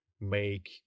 make